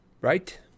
Right